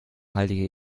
heilige